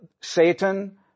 Satan